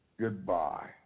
goodbye